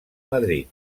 madrid